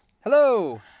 Hello